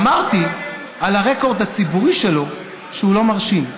אמרתי על הרקורד הציבורי שלו שהוא לא מרשים.